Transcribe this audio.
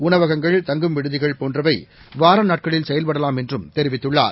உணவகங்கள் தங்கும்விடுதிகள்போன்றவைவாரநாட்களில்செயல்படலாம்எ ன்றும்தெரிவித்துள்ளார்